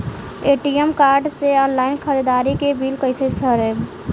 ATM card से online ख़रीदारी के बिल कईसे भरेम?